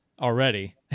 already